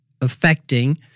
affecting